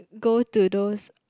go to those